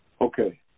okay